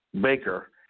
baker